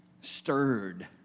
stirred